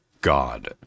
God